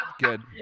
good